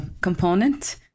component